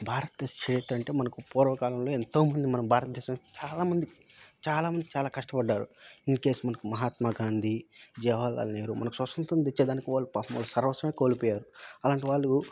భారతదేశ చరిత్ర అంటే మనకు పూర్వకాలంలో ఎంతోమంది మన భారతదేశం చాలామంది చాలామంది చాలా కష్టపడ్డారు ఇన్కేస్ మనకు మహాత్మా గాంధీ జవహర్ లాల్ నెహ్రూ మనకు స్వతంత్రం తెచ్చేదానికి వోళ్ళు పాపం వాళ్ళు సర్వస్వమే కోల్పోయారు అలాంటి వాళ్ళు